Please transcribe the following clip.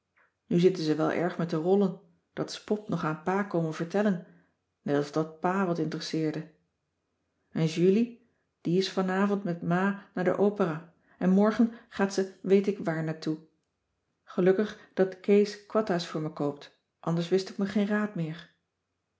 nu zitten ze wel erg met de rollen dat is pop nog aan pa komen vertellen net of dat pa wat interesseerde en julie die is vanavond met ma naar de opera en morgen gaat ze weet ik waar naar toe gelukkig dat kees kwatta's voor me koopt anders wist ik me geen raad meer